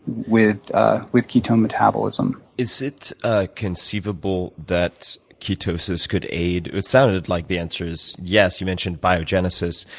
with ah with ketone metabolism. is it ah conceivable that ketosis could aid it sounded like the answer is yes. you mentioned biogenesis.